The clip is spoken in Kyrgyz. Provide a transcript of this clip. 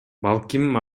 балким